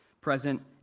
present